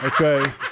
okay